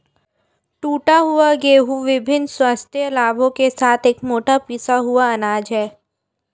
टूटा हुआ गेहूं विभिन्न स्वास्थ्य लाभों के साथ एक मोटा पिसा हुआ अनाज है